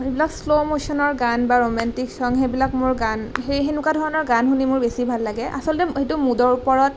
এইবিলাক শ্ল' ম'শ্বনৰ গান বা ৰোমাণ্টিক চং সেইবিলাক মোৰ গান সেই তেনেকুৱা ধৰণৰ গান শুনি মোৰ বেছি ভাল লাগে আচলতে সেইটো মুদৰ ওপৰত